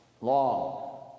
Long